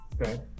Okay